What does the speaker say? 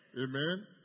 Amen